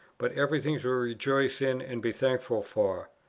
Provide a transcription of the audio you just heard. but everything to rejoice in and be thankful for.